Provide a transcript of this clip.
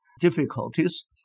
difficulties